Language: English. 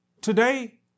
today